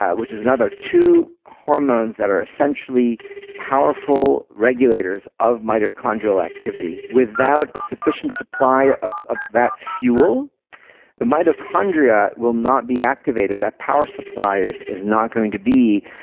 um which is another. two hormones that are essentially powerful regulators of mitochondrial activity. without a sufficient supply of ah that fuel the mitochondria will not be activated that power supply is is not going to be